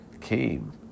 came